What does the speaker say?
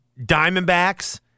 Diamondbacks